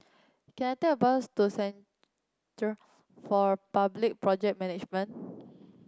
can I take a bus to Centre for Public Project Management